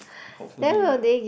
hopefully lah